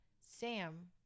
Sam